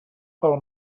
pel